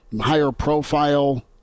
higher-profile